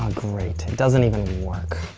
great. it doesn't even work.